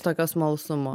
tokio smalsumo